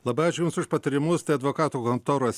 labai ačiū jums už patarimus tai advokatų kontoros